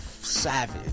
Savage